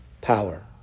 power